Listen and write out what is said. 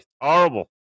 Horrible